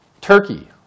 Turkey